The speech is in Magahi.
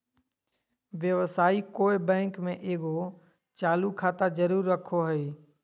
व्यवसायी कोय बैंक में एगो चालू खाता जरूर रखो हइ